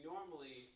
normally